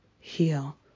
heal